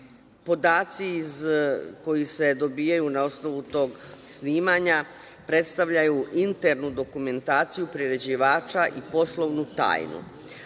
Podaci koji se dobijaju na osnovu tog snimanja predstavljaju internu dokumentaciju priređivača i poslovnu tajnu,